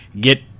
get